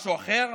משהו אחר?